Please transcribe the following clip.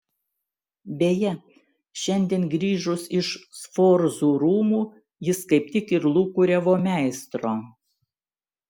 beje šiandien grįžus iš sforzų rūmų jis kaip tik ir lūkuriavo meistro